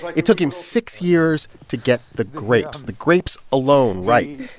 like it took him six years to get the grapes the grapes alone ripe,